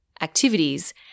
activities